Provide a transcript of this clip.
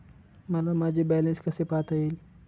मला माझे बॅलन्स कसे पाहता येईल?